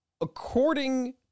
According